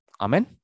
Amen